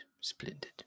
Splendid